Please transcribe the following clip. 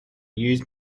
used